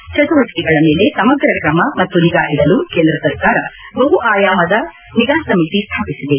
ನೀಡುವ ಚಟುವಟಿಕೆಗಳ ಮೇಲೆ ಸಮಗ್ರ ಕ್ರಮ ಮತ್ತು ನಿಗಾ ಇಡಲು ಕೇಂದ್ರ ಸರ್ಕಾರ ಬಹು ಆಯಾಮದ ನಿಗಾ ಸಮಿತಿಯನ್ನು ಸ್ವಾಪಿಸಿದೆ